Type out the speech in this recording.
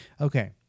Okay